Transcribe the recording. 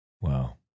Wow